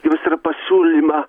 jūs ir pasiūlymą